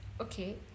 okay